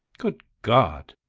good god!